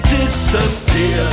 disappear